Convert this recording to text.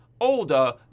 older